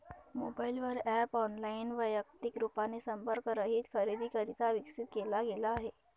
mobile वर app online, वैयक्तिक रूपाने संपर्क रहित खरेदीकरिता विकसित केला गेला आहे